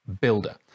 builder